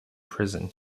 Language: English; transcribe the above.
prison